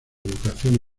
educación